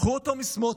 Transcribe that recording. קחו אותו מסמוטריץ'